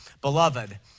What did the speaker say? beloved